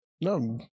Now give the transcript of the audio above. No